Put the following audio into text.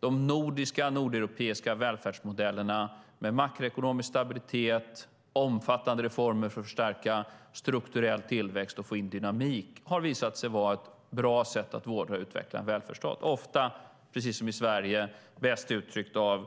De nordiska och nordeuropeiska välfärdsmodellerna med makroekonomisk stabilitet och omfattande reformer för att förstärka strukturell tillväxt och få in dynamik har visat sig vara ett bra sätt att vårda och utveckla en välfärdsstat, ofta, precis som i Sverige, bäst uttryckt av